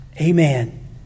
Amen